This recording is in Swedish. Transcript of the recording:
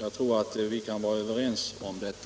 Jag tror att vi kan vara överens om detta.